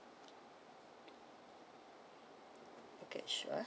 okay sure